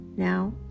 Now